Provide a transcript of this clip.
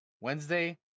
Wednesday